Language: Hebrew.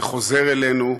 זה חוזר אלינו,